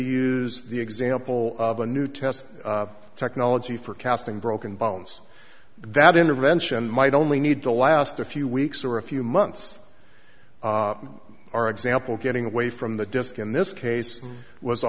use the example of a new test technology for casting broken bones that intervention might only need to last a few weeks or a few months our example getting away from the disk in this case was a